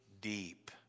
deep